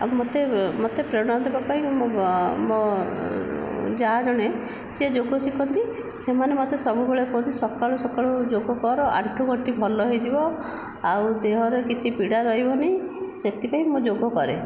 ମୋତେ ମୋତେ ପ୍ରେରଣା ଦେବାପାଇଁ ମୋ' ଯା' ଜଣେ ସେ ଯୋଗ ଶିଖନ୍ତି ମୋତେ ସବୁବେଳେ କହନ୍ତି ସକାଳୁ ସକାଳୁ ଯୋଗ କର ଆଣ୍ଠୁ ଗଣ୍ଠି ଭଲ ହୋଇଯିବ ଆଉ ଦେହରେ କିଛି ପୀଡ଼ା ରହିବ ନାହିଁ ସେଥିପାଇଁ ମୁଁ ଯୋଗ କରେ